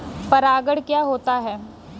परागण क्या होता है?